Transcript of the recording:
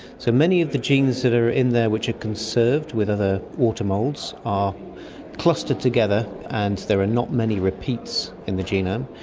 so many of the genes that are in there which are conserved with other water moulds are clustered together and there are not many repeats in the genome,